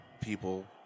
people